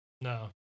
No